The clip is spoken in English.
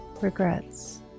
regrets